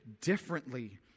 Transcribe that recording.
differently